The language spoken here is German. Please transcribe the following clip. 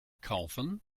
kaufen